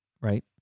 Right